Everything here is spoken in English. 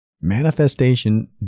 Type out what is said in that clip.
Manifestation